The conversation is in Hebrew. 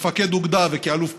כמפקד אוגדה וכאלוף פיקוד,